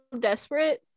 desperate